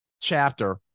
chapter